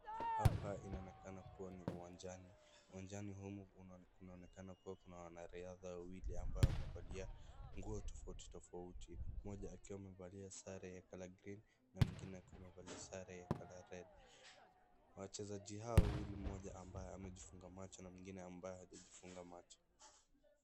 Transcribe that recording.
Hapa inaonekana kuwa ni uwanjani, uwanjani humu kunaonekana kuwa kuna wanariadha wawili ambao wamevalia nguo tofauti tofauti, mmoja akiwa amevalia sare ya colour green na mwingine akiwa amevalia sare ya colour red . Wachezaji hawa wawili mmoja ambaye amejifunga macho na mwingine ambaye hajajifunga macho.